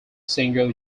single